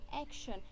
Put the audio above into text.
action